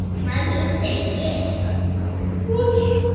mummy say yes what?